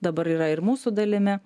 dabar yra ir mūsų dalimi